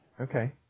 Okay